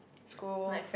school